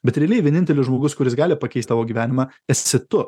bet realiai vienintelis žmogus kuris gali pakeist tavo gyvenimą esi tu